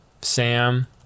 Sam